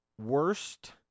worst